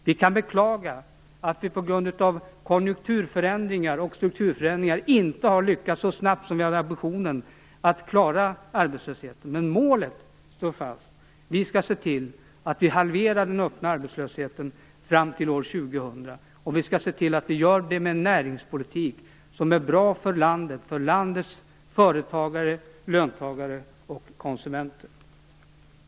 Vi kan beklaga att vi på grund av konjunkturförändringar och strukturförändringar inte har lyckats att klara arbetslösheten så snabbt som vi hade ambitionen att göra, men målet står fast: Vi skall se till att halvera den öppna arbetslösheten fram till år 2000, och vi skall göra det med en näringspolitik som är bra för landet - för landets företagare, löntagare och konsumenter.